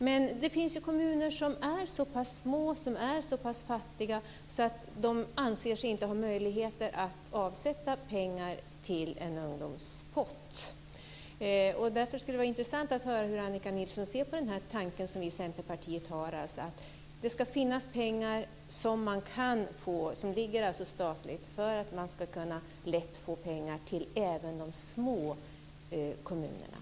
Men det finns kommuner som är så pass små, som är så pass fattiga att de inte anser sig ha möjligheter att avsätta pengar till en ungdomspott. Därför skulle det vara intressant att höra hur Annika Nilsson ser på den tanke som vi i Centerpartiet har, att det ska finnas pengar som ligger på en statlig nivå för att även de små kommunerna lätt ska kunna få pengar.